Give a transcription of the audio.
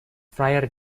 friar